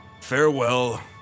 Farewell